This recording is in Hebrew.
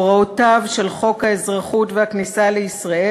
"הוראותיו של חוק האזרחות והכניסה לישראל